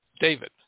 David